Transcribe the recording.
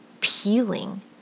peeling